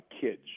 kids